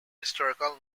historical